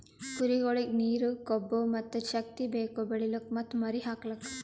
ಕುರಿಗೊಳಿಗ್ ನೀರ, ಕೊಬ್ಬ ಮತ್ತ್ ಶಕ್ತಿ ಬೇಕು ಬೆಳಿಲುಕ್ ಮತ್ತ್ ಮರಿ ಹಾಕಲುಕ್